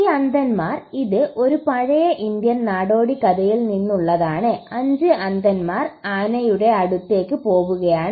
ഈ അന്ധന്മാർ ഇത് ഒരു പഴയ ഇന്ത്യൻ നാടോടിക്കഥയിൽ നിന്നുള്ളതാണ്5 അന്ധന്മാർ ആനയുടെ അടുത്തേക്ക് പോവുകയാണ്